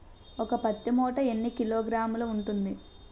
ఒక పత్తి మూట ఎన్ని కిలోగ్రాములు ఉంటుంది?